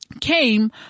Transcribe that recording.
came